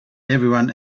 everyone